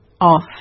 off